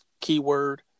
keyword